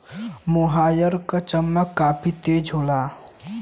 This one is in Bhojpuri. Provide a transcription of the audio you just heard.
मोहायर क चमक काफी तेज होला